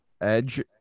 Edge